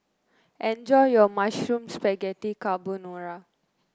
enjoy your Mushroom Spaghetti Carbonara